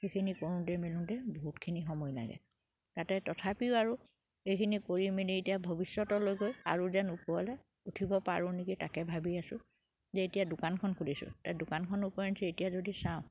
সেইখিনি কৰোঁতে মেলোঁতে বহুতখিনি সময় লাগে তাতে তথাপিও আৰু এইখিনি কৰি মেলি এতিয়া ভৱিষ্যতলৈ গৈ আৰু যেন উঠিব পাৰোঁ নেকি তাকে ভাবি আছোঁ যে এতিয়া দোকানখন খুলিছোঁ তাৰ দোকানখন ওপৰঞ্চি এতিয়া যদি চাওঁ